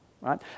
right